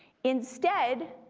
instead,